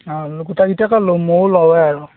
অঁ গোটেইকিটাকে লওঁ ময়ো লওঁৱেই আৰু